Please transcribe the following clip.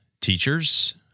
teachers